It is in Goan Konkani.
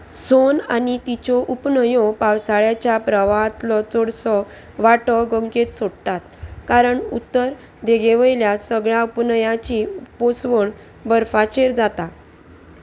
सोन आनी तिच्यो उपन्हंयो पावसाळ्याच्या प्रवाहांतलो चडसो वांटो गंगेंत सोडटात कारण उत्तर देगेवयल्या सगळ्या उपन्हयांची पोसवण बर्फाचेर जाता